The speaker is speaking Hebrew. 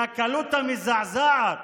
והקלות המזעזעת